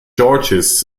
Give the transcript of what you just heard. george’s